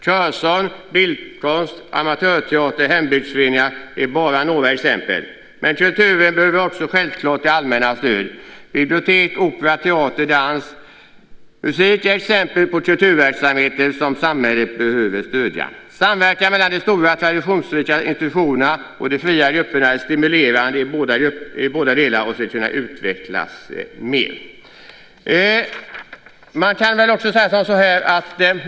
Körsång, bildkonst, amatörteater, hembygdsföreningar är bara några exempel. Men kulturen behöver självklart också det allmännas stöd. Bibliotek, opera, teater, dans och musik är exempel på kulturverksamhet som samhället behöver stödja. Samverkan mellan de stora traditionsrika institutionerna och de fria grupperna är stimulerande och ska kunna utvecklas mer.